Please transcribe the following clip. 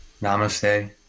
namaste